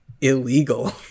illegal